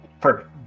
Perfect